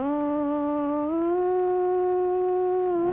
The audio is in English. oh